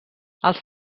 els